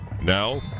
Now